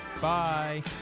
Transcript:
Bye